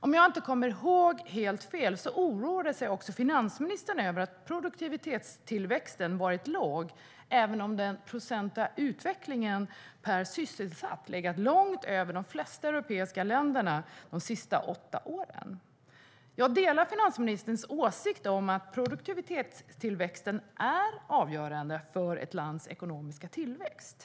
Om jag inte kommer ihåg helt fel oroade sig också finansministern över att produktivitetstillväxten varit låg, även om den procentuella utvecklingen per sysselsatt legat långt över de flesta europeiska ländernas de senaste åtta åren. Jag delar finansministerns åsikt att produktivitetstillväxten är avgörande för ett lands ekonomiska tillväxt.